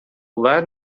let